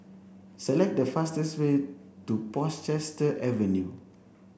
select the fastest way to Portchester Avenue